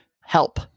Help